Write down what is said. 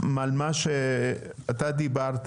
על מה שאתה דיברת